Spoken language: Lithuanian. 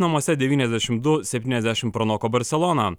namuose devyniasdešimt du septyniasdešimt pranoko barseloną